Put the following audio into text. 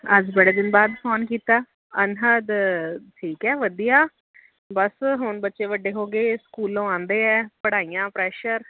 ਅੱਜ ਬੜੇ ਦਿਨ ਬਾਅਦ ਫੋਨ ਕੀਤਾ ਅਨਹਦ ਠੀਕ ਹੈ ਵਧੀਆ ਬਸ ਹੁਣ ਬੱਚੇ ਵੱਡੇ ਹੋ ਗਏ ਸਕੂਲੋਂ ਆਉਂਦੇ ਆ ਪੜ੍ਹਾਈਆਂ ਪ੍ਰੈਸ਼ਰ